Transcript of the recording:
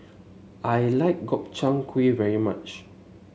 I like Gobchang Gui very much